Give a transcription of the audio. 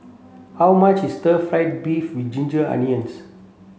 how much is stir fry beef with ginger onions